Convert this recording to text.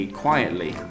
quietly